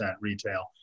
retail